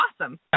awesome